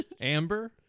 Amber